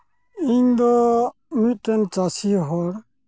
ᱤᱧ ᱫᱚ ᱢᱤᱫᱴᱮᱝ ᱪᱟᱹᱥᱤ ᱦᱚᱲ